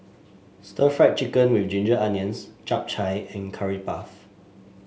Stir Fried Chicken with Ginger Onions Chap Chai and Curry Puff